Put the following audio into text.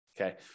Okay